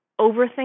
overthink